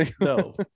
no